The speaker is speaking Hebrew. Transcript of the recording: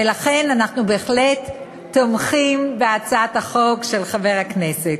ולכן אנחנו בהחלט תומכים בהצעת החוק של חבר הכנסת.